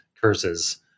curses